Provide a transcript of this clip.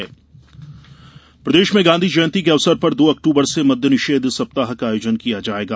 मद्य निषेध प्रदेश में गांधी जयंती के अवसर पर दो अक्टूबर से मद्य निषेध सप्ताह का आयोजन किया जाएगा